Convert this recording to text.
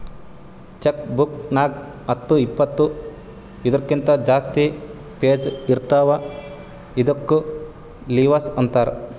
check book ನಾಗ್ ಹತ್ತು ಇಪ್ಪತ್ತು ಇದೂರ್ಕಿಂತ ಜಾಸ್ತಿ ಪೇಜ್ ಇರ್ತಾವ ಇದ್ದುಕ್ ಲಿವಸ್ ಅಂತಾರ್